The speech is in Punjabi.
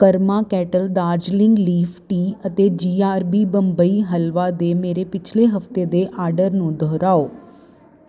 ਕਰਮਾ ਕੈਟਲ ਦਾਰਜਲਿੰਗ ਲੀਫ ਟੀ ਅਤੇ ਜੀਆਰਬੀ ਬੰਬਈ ਹਲਵਾ ਦੇ ਮੇਰੇ ਪਿਛਲੇ ਹਫਤੇ ਦੇ ਆਰਡਰ ਨੂੰ ਦੁਹਰਾਓ